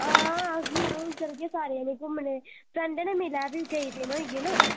हां औह्गी अ'ऊं चलगे सारे जनें घुम्मने ई फ्रैंडे नै मिले दे बी केई दिन होई गे ना